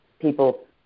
people